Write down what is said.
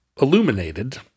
illuminated